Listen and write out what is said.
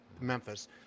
Memphis